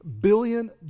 billion